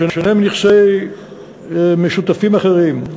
בשונה מנכסים משותפים אחרים,